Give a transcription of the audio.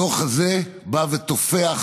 הדוח הזה בא וטופח,